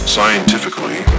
Scientifically